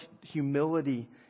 humility